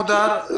מודאר,